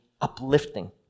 uplifting